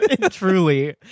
truly